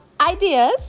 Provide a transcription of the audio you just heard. ideas